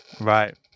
Right